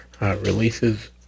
Releases